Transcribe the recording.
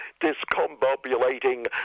discombobulating